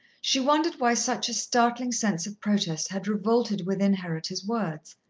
she wondered why such a startling sense of protest had revolted within her at his words,